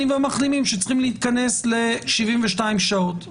והמחלימים שצריכים להיכנס ל-72 שעות.